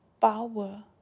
power